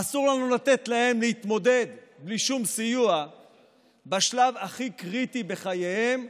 אסור לנו לתת להם להתמודד בלי שום סיוע בשלב הכי קריטי בחייהם,